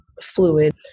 fluid